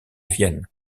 vienne